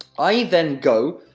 i then go,